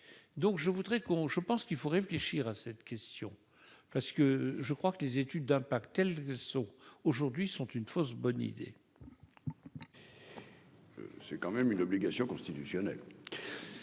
qu'on je pense qu'il faut réfléchir à cette question parce que je crois que les études d'impact tels que sont aujourd'hui sont une fausse bonne idée. C'est quand même une obligation constitutionnelle,